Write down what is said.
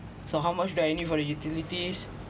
so how much do I need for the utilities